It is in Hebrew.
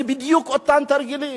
זה בדיוק אותם תרגילים.